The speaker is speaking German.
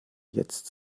jetzt